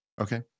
Okay